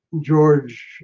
george